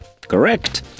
correct